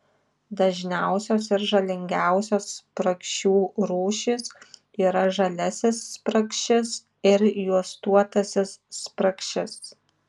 dažniausios ir žalingiausios spragšių rūšys yra žaliasis spragšis ir juostuotasis spragšis